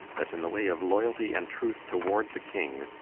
that in the way of loyaltie, and truth, toward the king,